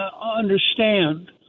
understand